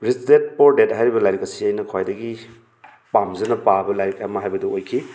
ꯔꯤꯁ dad poor dad ꯍꯥꯏꯔꯤꯕ ꯂꯥꯏꯔꯤꯛ ꯑꯁꯤ ꯑꯩꯅ ꯈ꯭ꯋꯥꯏꯗꯒꯤ ꯄꯥꯝꯖꯅ ꯄꯥꯕ ꯂꯥꯏꯔꯤꯛ ꯑꯃ ꯍꯥꯏꯕꯗꯨ ꯑꯣꯏꯈꯤ